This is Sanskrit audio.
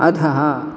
अधः